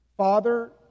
Father